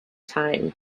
time